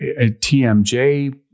tmj